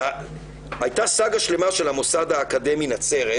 הייתה סגה שלמה של המוסד האקדמי נצרת,